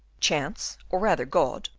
chance, or rather god,